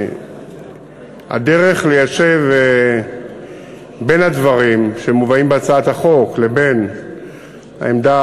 הדרך ליישב בין הדברים שמובאים בהצעת החוק לבין העמדה